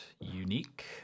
unique